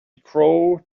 crow